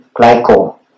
glycol